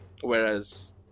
Whereas